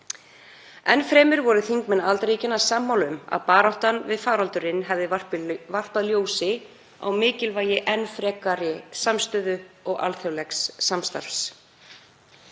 Enn fremur voru þingmenn aðildarríkjanna sammála um að baráttan við faraldurinn hefði varpað ljósi á mikilvægi enn frekari samstöðu og alþjóðlegs samstarfs.